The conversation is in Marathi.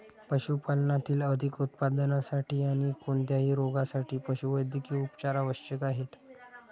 पशुपालनातील अधिक उत्पादनासाठी आणी कोणत्याही रोगांसाठी पशुवैद्यकीय उपचार आवश्यक आहेत